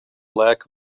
lack